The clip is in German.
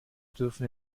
dürfen